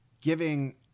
giving